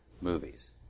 movies